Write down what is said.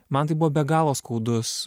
man tai buvo be galo skaudus